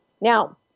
Now